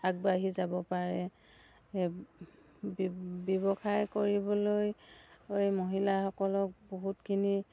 আগবাঢ়ি যাব পাৰে ব্যৱসায় কৰিবলৈ মহিলাসকলক বহুতখিনি